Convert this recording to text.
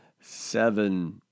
seven